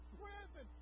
prison